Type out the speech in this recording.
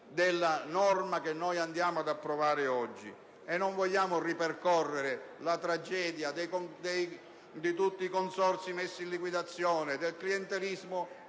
che ci accingiamo ad approvare oggi, e non vogliamo ripercorrere la tragedia di tutti i consorzi messi in liquidazione, del clientelismo